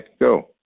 go